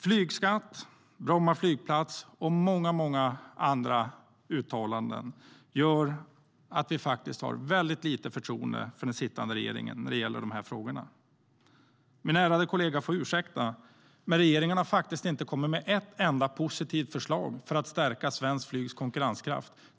Flygskatt, Bromma flygplats och många andra uttalanden gör att vi har väldigt lite förtroende för den sittande regeringen när det gäller de här frågorna. Min ärade kollega får ursäkta, men regeringen har faktiskt inte kommit med ett enda positivt förslag för att stärka svenskt flygs konkurrenskraft.